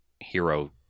hero